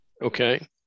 Okay